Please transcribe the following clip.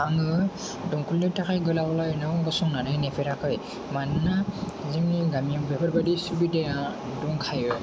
आङो दंखलनि थाखाय गोलाव लाइनाव गसंनानै नेफेराखै मानोना जोंनि गामियाव बेफोरबादि सुबिदाया दंखायो